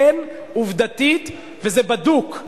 אין עובדתית, וזה בדוק.